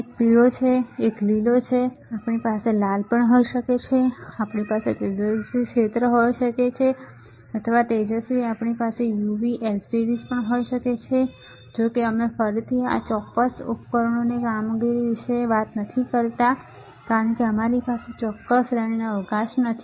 એક પીળો જમણો છે એક લીલો છે આપણી પાસે લાલ હોઈ શકે છે આપણી પાસે તેજસ્વી ક્ષેત્ર હોઈ શકે છે અથવા તેજસ્વી આપણી પાસે યુવી એલઈડીએસ પણ હોઈ શકે છેજો કે અમે ફરીથી આ ચોક્કસ ઉપકરણોની કામગીરી વિશે નથી કરતા કારણ કે તે અમારી ચોક્કસ શ્રેણીનો અવકાશ નથી